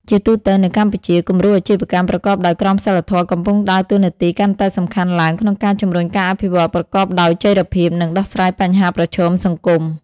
ជាទូទៅនៅកម្ពុជា គំរូអាជីវកម្មប្រកបដោយក្រមសីលធម៌កំពុងដើរតួនាទីកាន់តែសំខាន់ឡើងក្នុងការជំរុញការអភិវឌ្ឍប្រកបដោយចីរភាព និងដោះស្រាយបញ្ហាប្រឈមសង្គម ។